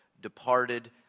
departed